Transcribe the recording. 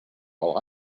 all